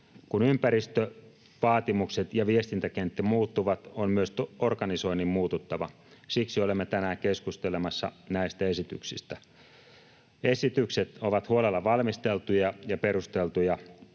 Kun ympäristövaatimukset ja viestintäkenttä muuttuvat, on myös organisoinnin muututtava. Siksi olemme tänään keskustelemassa näistä esityksistä. Esitykset ovat huolella valmisteltuja ja perusteltuja.